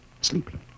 sleeping